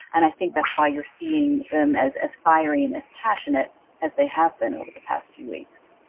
and i think that's why you're seeing them as as fiery and as passionate as they have been over the past few weeks.